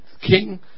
king